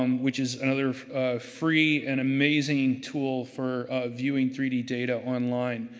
um which is another free and amazing tool for viewing three d data online.